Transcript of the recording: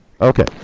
Okay